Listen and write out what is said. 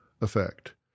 effect